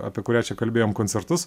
apie kurią čia kalbėjom koncertus